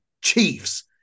chiefs